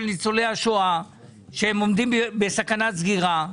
ניצולי השואה ואמרה שהם עומדים בסכנת סגירה.